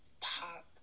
Pop